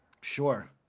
Sure